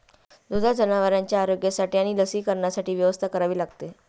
दुधाळ जनावरांच्या आरोग्यासाठी आणि लसीकरणासाठी व्यवस्था करावी लागते